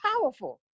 powerful